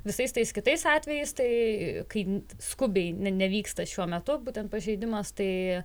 visais tais kitais atvejais tai kai skubiai ne nevyksta šiuo metu būtent pažeidimas tai